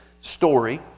story